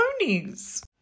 ponies